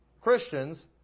Christians